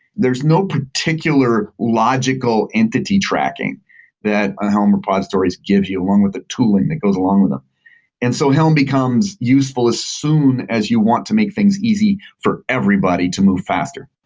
there's no particular logical entity tracking that ah helm repositories give you along with the tooling that goes along with them. and so helm becomes useful as soon as you want to make things easy for everybody to move faster.